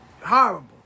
horrible